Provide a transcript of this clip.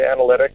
analytics